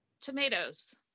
Tomatoes